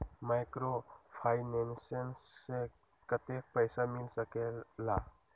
Microfinance से कतेक पैसा मिल सकले ला?